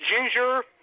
ginger